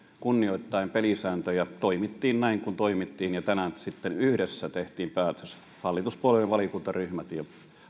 kunnioittaen pelisääntöjä toimittiin näin kuin toimittiin ja tänään sitten yhdessä tehtiin päätös hallituspuolueiden valiokuntaryhmät ja